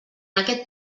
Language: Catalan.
aquest